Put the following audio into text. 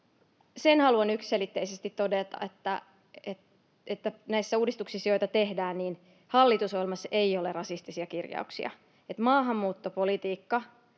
Sen haluan yksiselitteisesti todeta, että näissä uudistuksissa, joita tehdään, ei ole hallitusohjelmassa rasistisia kirjauksia. Maahanmuuttopolitiikka